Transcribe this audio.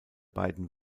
beiden